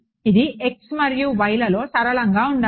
ఇది x మరియు y లలో సరళంగా ఉండాలి